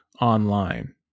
online